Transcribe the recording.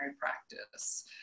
practice